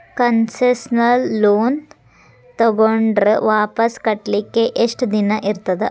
Concessional loan ತಗೊಂಡ್ರ್ ವಾಪಸ್ ಕಟ್ಲಿಕ್ಕೆ ಯೆಷ್ಟ್ ದಿನಾ ಇರ್ತದ?